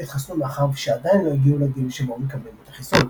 או לא התחסנו מאחר שעדיין לא הגיעו לגיל שבו מקבלים את החיסון.